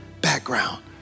background